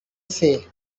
say